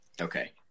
okay